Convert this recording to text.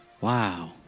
wow